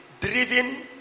driven